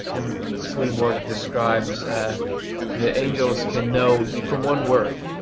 and swedenborg describes that angels can know from one word